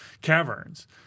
caverns